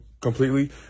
completely